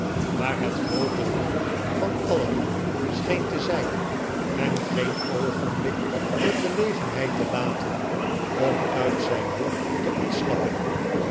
maar het groote doel van alien scheen te zijn hem geen oogenblik de gelegenheid te laten om uit zijn hoek te ontsnappen